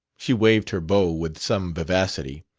she waved her bow with some vivacity.